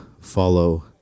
follow